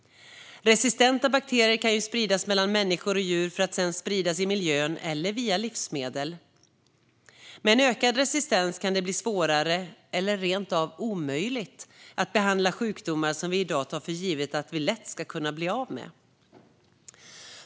Resistenta bakterier kan spridas mellan människor och djur för att sedan spridas i miljön eller via livsmedel. Med en ökad resistens kan det bli svårare, eller rent av omöjligt, att behandla sjukdomar som vi i dag tar för givet att vi lätt ska kunna bli av med.